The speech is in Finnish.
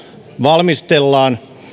valmistellaan